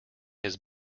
his